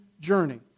journey